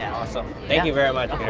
and awesome. thank you very much